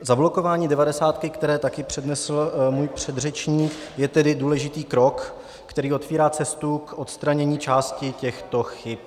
Zablokování devadesátky, které také přednesl můj předřečník, je tedy důležitý krok, který otevírá cestu k odstranění části těchto chyb.